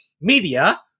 media